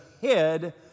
head